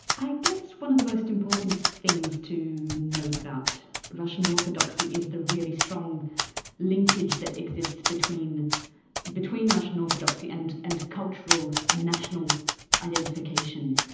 i guess one of the most important things to note about russian orthodoxy is the really strong linkage that exists between between russian orthodoxy and and cultural and national identification,